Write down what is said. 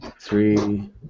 three